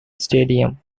stadium